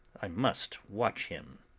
i must watch him.